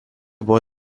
buvo